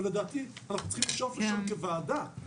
ולדעתי אנחנו צריכים לשאוף לשם כוועדה.